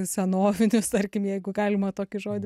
senovinius tarkim jeigu galima tokį žodį